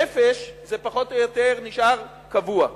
ביחס לנפש, זה פחות או יותר נשאר קבוע.